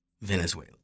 Venezuela